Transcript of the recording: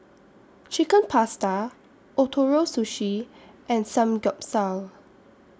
Chicken Pasta Ootoro Sushi and Samgyeopsal